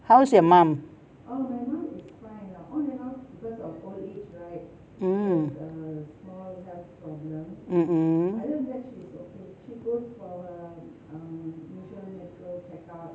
how is your mum mm mmhmm